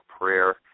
prayer